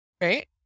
Right